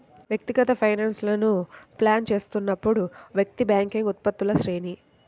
వ్యక్తిగత ఫైనాన్స్లను ప్లాన్ చేస్తున్నప్పుడు, వ్యక్తి బ్యాంకింగ్ ఉత్పత్తుల శ్రేణి